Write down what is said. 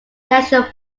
national